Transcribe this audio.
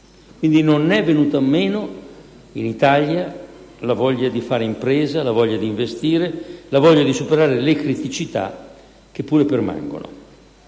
Quindi, non è venuta meno, in Italia, la voglia di fare impresa, di investire, di superare le criticità che pure permangono.